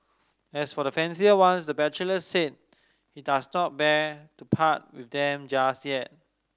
as for the fancier ones the bachelor said he does not bear to part with them just yet